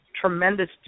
tremendous